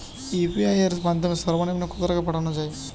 UPI এর মাধ্যমে সর্ব নিম্ন কত টাকা পাঠানো য়ায়?